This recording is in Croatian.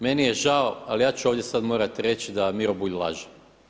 Meni je žao ali ja ću ovdje sada morati reći da Miro Bulj laže.